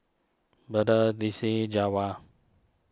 Betha Destinee Jawar